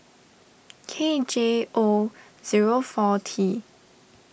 K J O zero four T